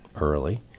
early